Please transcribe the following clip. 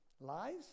Lies